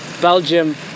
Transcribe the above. Belgium